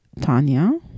Tanya